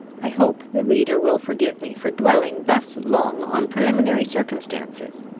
i hope the reader will forgive me for dwelling thus long on preliminary circumstances.